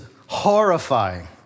horrifying